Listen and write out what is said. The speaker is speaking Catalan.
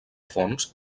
fongs